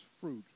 fruit